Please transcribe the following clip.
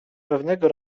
pewnego